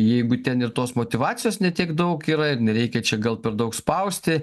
jeigu ten ir tos motyvacijos ne tiek daug yra ir nereikia čia gal per daug spausti